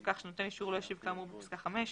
כך שנותן אישור לא השיב כאמור בפסקה (5),